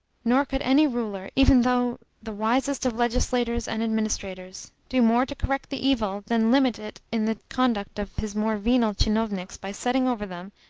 nor could any ruler, even though the wisest of legislators and administrators, do more to correct the evil than limit it in the conduct of his more venal tchinovniks by setting over them,